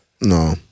No